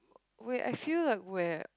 wait I feel like where